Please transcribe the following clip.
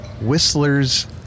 Whistler's